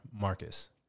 Marcus